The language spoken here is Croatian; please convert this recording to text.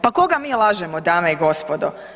Pa koga mi lažemo, dame i gospodo?